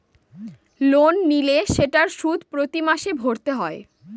loan নিলে সেটার সুদ প্রতি মাসে ভরতে হয়